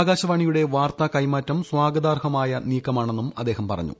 ആകാശവാണിയുടെ വാർത്താ കൈമാറ്റം സ്വാഗതാർഹ്മായ നീക്കമാണെന്നും അദ്ദേഹം പറഞ്ഞു